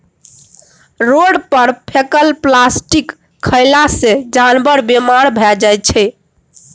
road पर फेकल plastic खएला सँ जानबर बेमार भए जाइ छै